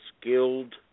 skilled